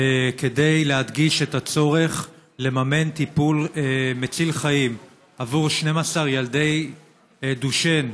כדי להדגיש את הצורך לממן טיפול מציל חיים עבור 12 ילדי דושן,